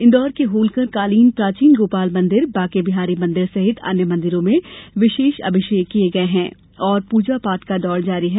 इंदौर के होल्कर कालीन प्राचीन गोपाल मंदिर बांके बिहारी मंदिर सहित अन्य मंदिरों में विशेष अभिषेक किये गये हैं और पूजा पाठ का दौर जारी है